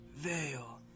veil